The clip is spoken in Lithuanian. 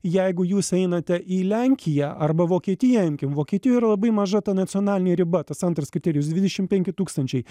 jeigu jūs einate į lenkiją arba vokietiją imkim vokietijoj yra labai maža ta nacionalinė riba tas antras kriterijus dvidešim penki tūkstančiai